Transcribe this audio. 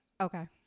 Okay